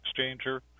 exchanger